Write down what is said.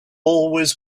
always